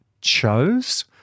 chose